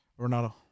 Ronaldo